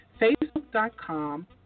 facebook.com